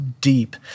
deep